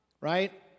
right